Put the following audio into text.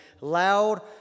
loud